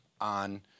on